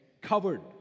covered